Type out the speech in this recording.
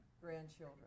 grandchildren